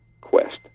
quest